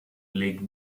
league